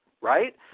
right